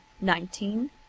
Nineteen